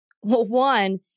one